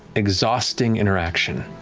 exhausting interaction.